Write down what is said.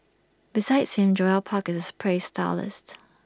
besides him Joel park is A praised stylist